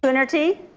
coonerty.